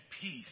peace